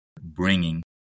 bringing